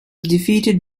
defeated